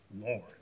Lord